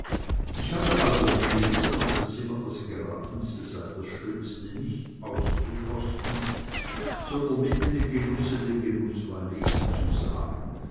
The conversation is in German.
ich habe mal wo gelesen daß es immer das geratenste sei das schönste nicht auszukosten sondern mitten im genusse dem genuß valet zu sagen